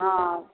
हँ